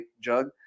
jug